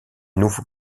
nouveau